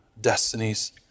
destinies